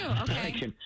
okay